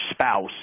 spouse